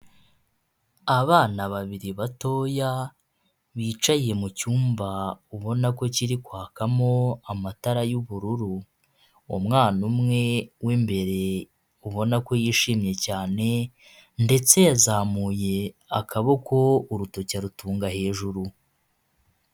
Abana babiri batoya bicaye mu cyumba ubona ko kiri kwakamo amatara y'ubururu. Umwana umwe w'imbere ubona ko yishimye cyane ndetse yazamuye akaboko, urutoki arutunga hejuru.